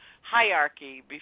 hierarchy